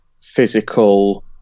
physical